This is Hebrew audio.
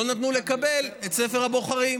לא נתנו לקבל את ספר הבוחרים.